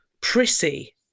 prissy